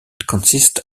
consists